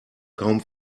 kaum